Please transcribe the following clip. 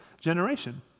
generation